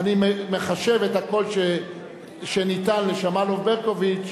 אני מחשב את הקול שניתן לשמאלוב-ברקוביץ.